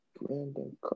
Brandon